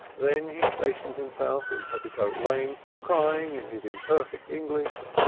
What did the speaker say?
then he stationed himself in petticoat lane, crying, in his imperfect english,